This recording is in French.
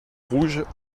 rouges